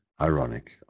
ironic